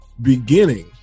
beginning